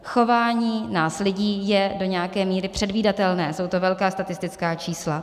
Chování nás lidí je do nějaké míry předvídatelné, jsou to velká statistická čísla.